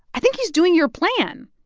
i think he's doing your plan,